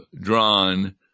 drawn